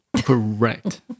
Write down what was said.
Correct